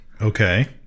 Okay